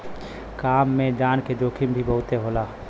काम में जान के जोखिम भी बहुते होला